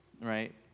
Right